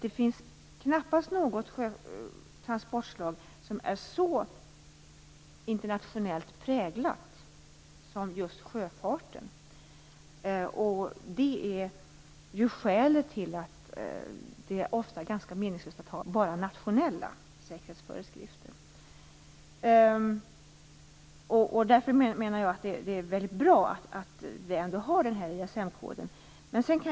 Det finns knappast något transportslag som är så internationellt präglat som just sjöfarten, och det är skälet till att det ofta är ganska meningslöst att ha bara nationella säkerhetsföreskrifter. Därför är det väldigt bra att vi har ISM-koden.